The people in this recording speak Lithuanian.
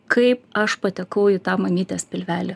kaip aš patekau į tą mamytės pilvelį